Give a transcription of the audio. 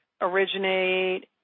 originate –